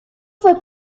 fue